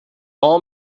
all